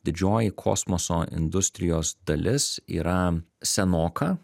didžioji kosmoso industrijos dalis yra senoka